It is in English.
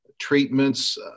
treatments